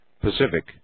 Pacific